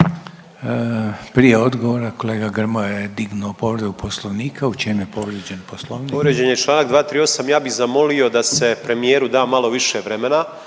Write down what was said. Prije odgovora kolega Grmoja je dignuo povredu poslovnika. U čemu je povrijeđen poslovnik? **Grmoja, Nikola (MOST)** Povrijeđen je čl. 238. ja bih zamolio da se premijer da malo više vremena